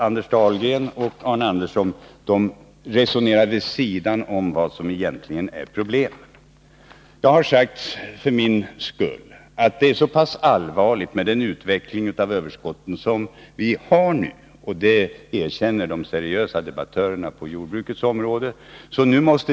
Anders Dahlgren och Arne Andersson resonerar ju vid sidan av vad som egentligen är problemet. Jag har för min del sagt att den pågående utvecklingen av överskotten är så pass allvarlig att vi måste se igenom hela problematiken. Detta erkänner också de seriösa debattörerna på jordbrukets område.